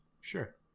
sure